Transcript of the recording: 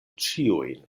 ĉiujn